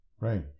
Right